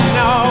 no